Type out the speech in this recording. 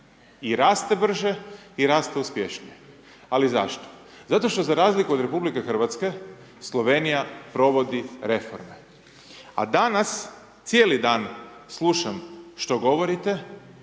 i raste brže, i raste uspješnije. Ali zašto? Zato što za razliku od Republike Hrvatske, Slovenija provodi reforme, a danas cijeli dan slušam što govorite,